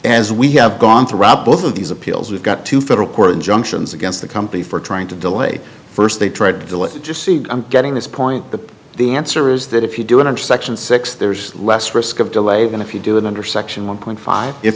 as we have gone through both of these appeals we've got two federal court injunctions against the company for trying to delay first they tried to do it just see i'm getting this point the the answer is that if you do it under section six there's less risk of delay than if you do it under section one point five if